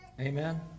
Amen